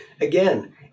again